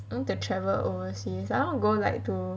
I want to travel overseas I want to go like to